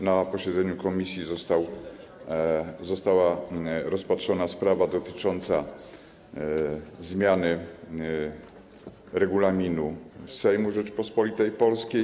Na posiedzeniu komisji została rozpatrzona sprawa dotycząca zmiany Regulaminu Sejmu Rzeczypospolitej Polskiej.